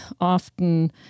often